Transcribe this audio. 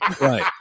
Right